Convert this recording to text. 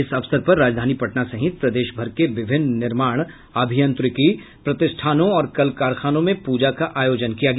इस अवसर पर राजधानी पटना सहित प्रदेश भर के विभिन्न निर्माण अभियांत्रिकी प्रतिष्ठानों और कल कारखानों में पूजा का आयोजन किया गया